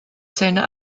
seiner